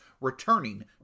returning